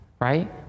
Right